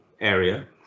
area